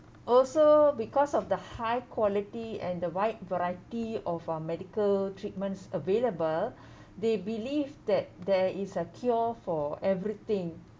also because of the high quality and the wide variety of our medical treatments available they believe that there is a cure for everything